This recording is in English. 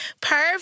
Perfect